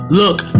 look